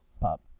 pop